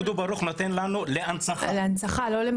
דודו ברוך נותן לנו להנצחה, לא לתרגום.